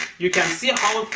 you can see how